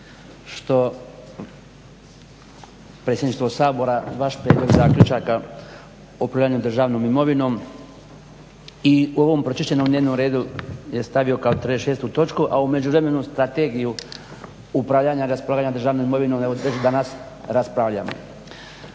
što predsjedništvo Sabora vaš prijedlog zaključaka o upravljanju državnom imovinom i u ovom pročišćenom dnevnom redu je stavio kao 36. točku, a u međuvremenu Strategiju upravljanja i raspolaganja državnom imovinom evo već danas raspravljamo.